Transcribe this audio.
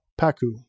PAKU